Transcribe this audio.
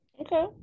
Okay